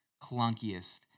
clunkiest